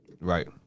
Right